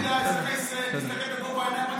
תענה לאזרחי מדינת ישראל,